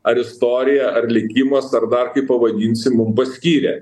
ar istorija ar likimas ar dar kaip pavadinsi mum paskyrė